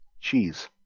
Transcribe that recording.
Cheese